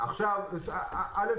--- אין דבר כזה בדיון.